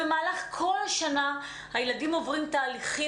במהלך כל השנה הילדים עוברים תהליכים